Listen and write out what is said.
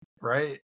Right